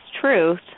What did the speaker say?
Truth